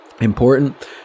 Important